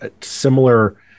similar